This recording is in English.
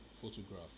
Photograph